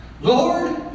Lord